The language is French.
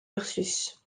ursus